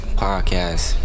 podcast